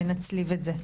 נצליב את זה,